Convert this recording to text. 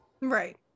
Right